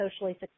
socially